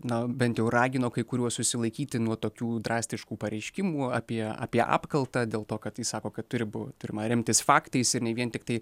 na bent jau ragino kai kuriuos susilaikyti nuo tokių drastiškų pareiškimų apie apie apkaltą dėl to kad ji sako kad turi b pirma remtis faktais ir ne vien tiktai